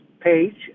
page